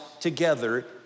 together